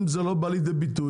אם זה לא בא לידי ביטוי.